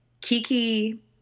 Kiki